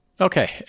Okay